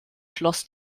schloss